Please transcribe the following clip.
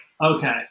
okay